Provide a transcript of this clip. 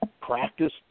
practice